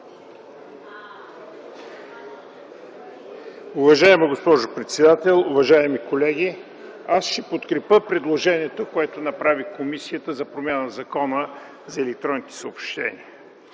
Уважаема госпожо председател, уважаеми колеги! Аз ще подкрепя предложението, което направи комисията, за промяна в Закона за електронните съобщения.